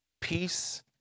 Peace